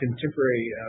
contemporary